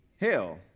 hell